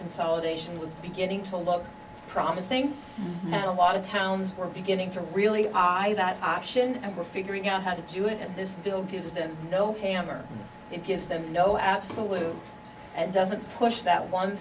consolidation was beginning to look promising that a lot of towns were beginning to really high that option for figuring out how to do it and this bill gives them no hammer it gives them no absolutes and doesn't push that one